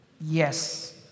Yes